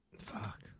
Fuck